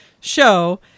show